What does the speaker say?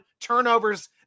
turnovers